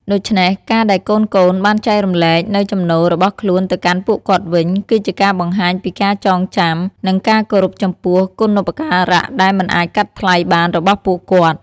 ដូច្នេះ ការដែលកូនៗបានចែករំលែកនូវចំណូលរបស់ខ្លួនទៅកាន់ពួកគាត់វិញ គឺជាការបង្ហាញពីការចងចាំ និងការគោរពចំពោះគុណូបការៈដែលមិនអាចកាត់ថ្លៃបានរបស់ពួកគាត់។